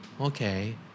okay